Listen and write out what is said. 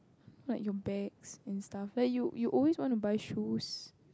like your bags and stuff like you you always want to buy shoes